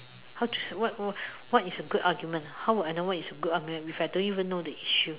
how to what what is a good argument how would I know what is a good argument if I don't even know the issue